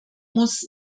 muss